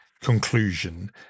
conclusion